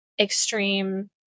extreme